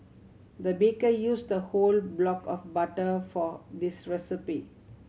the baker used a whole block of butter for this recipe